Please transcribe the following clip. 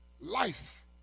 Life